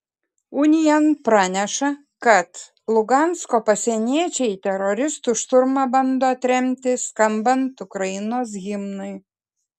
unian praneša kad lugansko pasieniečiai teroristų šturmą bando atremti skambant ukrainos himnui